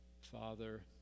father